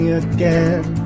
again